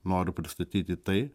noriu pristatyti tai